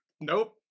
nope